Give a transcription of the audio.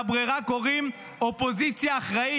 לברירה קוראים "אופוזיציה אחראית".